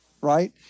right